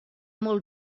molt